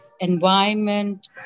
environment